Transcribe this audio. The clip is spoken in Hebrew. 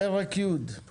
אנחנו